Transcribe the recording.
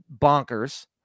bonkers